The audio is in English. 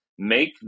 make